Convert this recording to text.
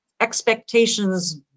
expectations